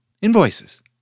invoices